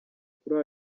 kuri